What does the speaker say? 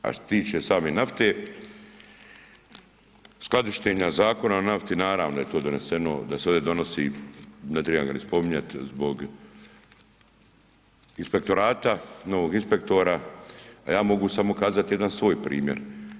A što se tiče same nafte, skladištenja, Zakona o nafti, naravno da je to doneseno, da se ovdje donosi, ne trebam ga ni spominjati, zbog inspektorata, novog inspektora, a ja mogu samo kazati jedan svoj primjer.